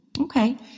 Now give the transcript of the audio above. Okay